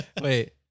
wait